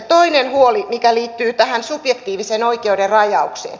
toinen huoli mikä liittyy tähän subjektiivisen oikeuden rajaukseen